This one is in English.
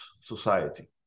society